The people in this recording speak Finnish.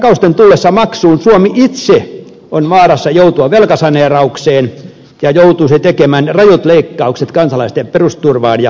takausten tullessa maksuun suomi itse on vaarassa joutua velkasaneeraukseen ja joutuisi tekemään rajut leikkaukset kansalaisten perusturvaan ja peruspalveluihin